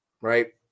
Right